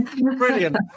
Brilliant